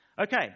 Okay